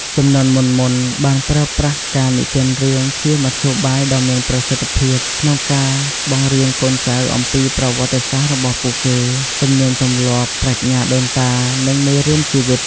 ជំនាន់មុនៗបានប្រើប្រាស់ការនិទានរឿងជាមធ្យោបាយដ៏មានប្រសិទ្ធភាពក្នុងការបង្រៀនកូនចៅអំពីប្រវត្តិសាស្ត្ររបស់ពួកគេ ទំនៀមទម្លាប់ ប្រាជ្ញាដូនតា និងមេរៀនជីវិត។